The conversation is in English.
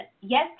yes